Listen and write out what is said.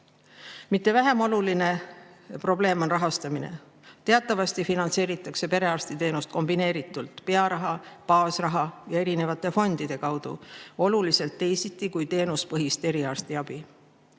Mitte vähem oluline probleem on rahastamine. Teatavasti finantseeritakse perearstiteenust kombineeritult: pearaha, baasraha ja erinevate fondide kaudu, oluliselt teisiti kui teenuspõhist eriarstiabi.